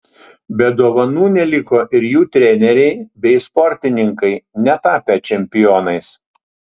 be dovanų neliko ir jų treneriai bei sportininkai netapę čempionais